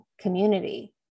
community